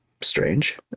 strange